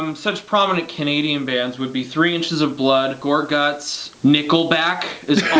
um such prominent canadian bands would be three inches of blood gore guts nickelback is